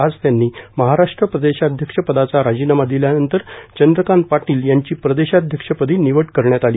आज त्यांनी महाराष्ट्र प्रदेशाध्यक्ष पदाचा राजीनामा दिल्यानंतर चंद्रकांतदादा पाटील यांची प्रदेशाध्यक्ष पदी निवड करण्यात आली